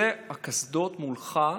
אלא מולך,